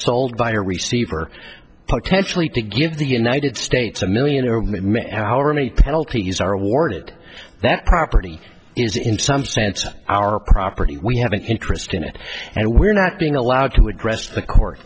sold by a receiver potentially to give the united states a million or our many penalties are awarded that property is in some sense our property we have an interest in it and we're not being allowed to address the cour